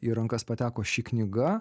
į rankas pateko ši knyga